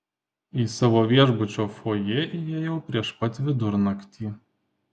į savo viešbučio fojė įėjau prieš pat vidurnaktį